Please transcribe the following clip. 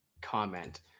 comment